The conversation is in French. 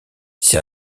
ces